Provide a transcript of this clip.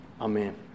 Amen